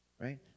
right